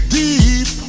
deep